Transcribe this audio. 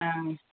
ஆ